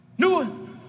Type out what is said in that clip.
new